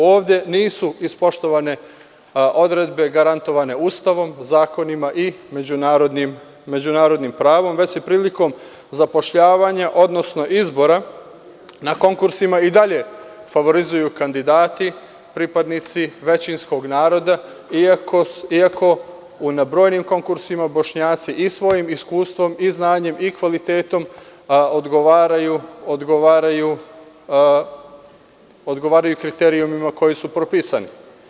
Ovde nisu ispoštovane odredbe garantovane Ustavom, zakonima i međunarodnim pravom, već se prilikom zapošljavanja, odnosno izbora na konkursima i dalje favorizuju kandidati, pripadnici većinskog naroda, iako na brojnim konkursima Bošnjaci i svojim iskustvom i znanjem i kvalitetom odgovaraju kriterijumima koji su propisani.